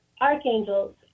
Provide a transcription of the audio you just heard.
archangels